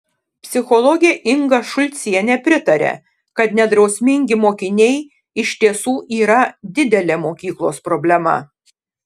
psichologė inga šulcienė pritaria kad nedrausmingi mokiniai iš tiesų yra didelė mokyklos problema